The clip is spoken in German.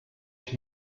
ich